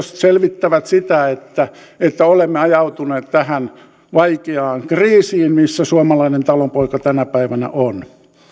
selvittävät sitä että että olemme ajautuneet tähän vaikeaan kriisiin missä suomalainen talonpoika tänä päivänä on